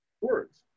words